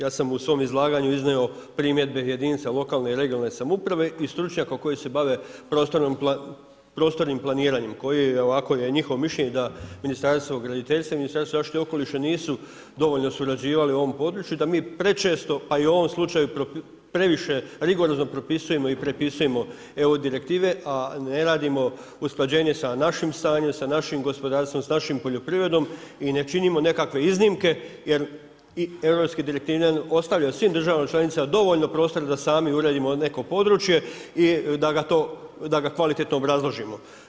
Ja sam u svom izlaganju iznio primjedbe jedinice lokalne i regionalne samouprave i stručnjaka koji se bave prostornim planiranjem, koje je ovako njihovo mišljenje da Ministarstvo graditeljstva i Ministarstvo zaštite okoliša nisu dovoljno surađivali u ovom području i da mi prečesto a i u ovom slučaju previše rigorozno propisujemo i prepisujemo Eu direktive a ne radimo usklađenje sa našim stanjem sa našim gospodarstvom, sa našom poljoprivredom i ne činimo nekakve iznimke jer europske direktive ostavljaju svim državama članicama dovoljno prostora da sami uredimo neko područje i da ga kvalitetno obrazložimo.